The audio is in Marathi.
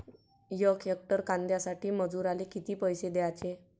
यक हेक्टर कांद्यासाठी मजूराले किती पैसे द्याचे?